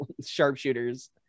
sharpshooters